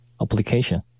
application